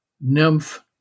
Nymph